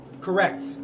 Correct